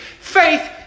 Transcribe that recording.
faith